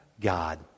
God